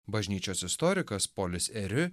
bažnyčios istorikas polis eriu